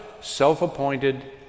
self-appointed